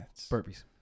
burpees